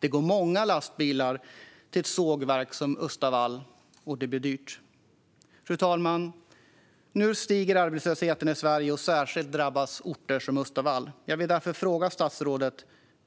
Det går många lastbilar till ett sågverk som Östavall, och det blir dyrt. Fru talman! Nu stiger arbetslösheten i Sverige, och särskilt drabbas orter som Östavall. Jag vill därför fråga statsrådet: